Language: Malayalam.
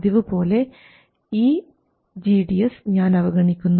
പതിവുപോലെ ഈ gds ഞാൻ അവഗണിക്കുന്നു